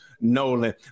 Nolan